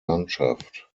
landschaft